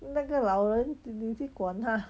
那个老人你去管他